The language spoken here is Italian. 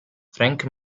frank